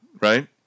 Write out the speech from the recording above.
Right